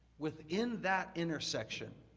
within that intersection,